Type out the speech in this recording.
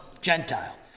Gentile